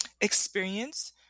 experience